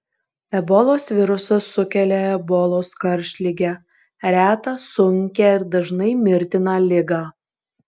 ebolos virusas sukelia ebolos karštligę retą sunkią ir dažnai mirtiną ligą